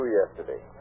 yesterday